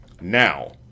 Now